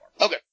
Okay